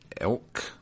elk